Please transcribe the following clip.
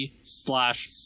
slash